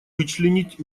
вычленить